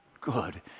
good